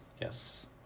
Yes